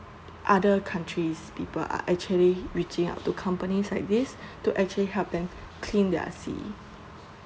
other countries people are actually reaching out to companies like this to actually help them clean their sea